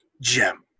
gem